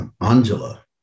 Angela